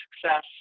success